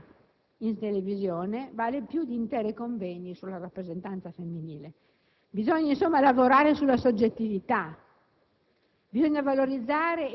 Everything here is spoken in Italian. dire "ingegnera" in televisione vale più di interi convegni sulla rappresentanza femminile. Bisogna lavorare, insomma, sulla soggettività.